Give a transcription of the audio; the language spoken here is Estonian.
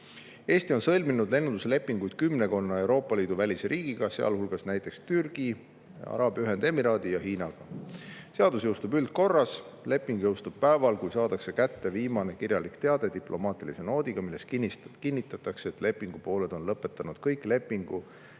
Eesti on sõlminud lennunduslepingu kümmekonna Euroopa Liidu välise riigiga, sealhulgas Türgi, Araabia Ühendemiraatide ja Hiinaga. Seadus jõustub üldkorras. Leping jõustub päeval, kui saadakse kätte viimane kirjalik teade diplomaatilise noodiga, milles kinnitatakse, et lepingupooled on lõpetanud kõik lepingu